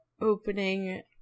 opening